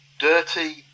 Dirty